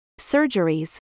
surgeries